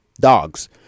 dogs